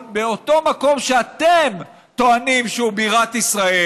באותו מקום שאתם טוענים שהוא בירת ישראל,